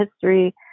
history